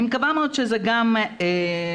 אני מקווה שזה יהיה גם חשוב.